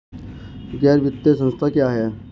गैर वित्तीय संस्था क्या है?